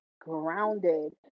grounded